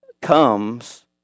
comes